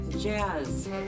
jazz